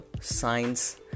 science